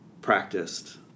practiced